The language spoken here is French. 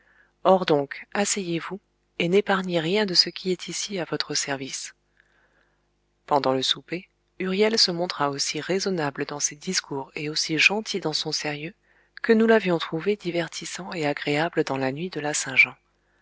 or donc asseyez-vous et n'épargnez rien de ce qui est ici à votre service pendant le souper huriel se montra aussi raisonnable dans ses discours et aussi gentil dans son sérieux que nous l'avions trouvé divertissant et agréable dans la nuit de la saint-jean